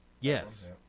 Yes